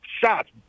shots